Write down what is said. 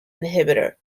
inhibitor